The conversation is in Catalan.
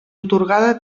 atorgada